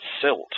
silt